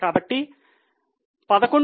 కాబట్టి 11